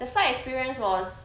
the flight experience was